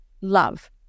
love